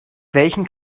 welchen